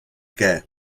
que